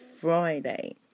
Friday